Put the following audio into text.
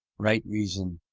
right reason,